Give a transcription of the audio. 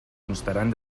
constaran